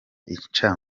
icya